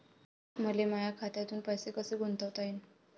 मले माया खात्यातून पैसे कसे गुंतवता येईन?